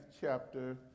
chapter